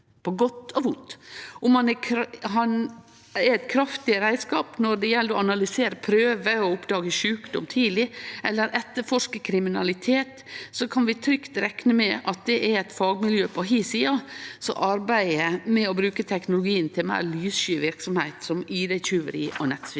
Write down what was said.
Om han er ein kraftig reiskap når det gjeld å analysere prøver, oppdage sjukdom tidleg eller etterforske kriminalitet, kan vi trygt rekne med at det er eit fagmiljø på hi sida som arbeider med å bruke teknologien til meir lyssky verksemd, som ID-tjuveri og nettsvindel.